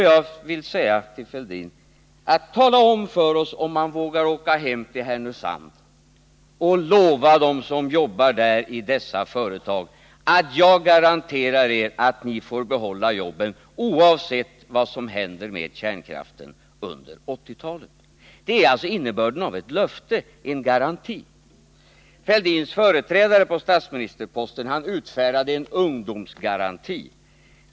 Jag vill be Thorbjörn Fälldin att tala om för oss om han vågar åka hem till Härnösand och lova dem som jobbar i dessa företag: Jag garanterar er att ni får behålla jobben, oavsett vad som händer med kärnkraften under 1980-talet. — Det är innebörden av ett löfte, en garanti. Thorbjörn Fälldins företrädare på statsministerposten utfärdade en ungdomsgaranti.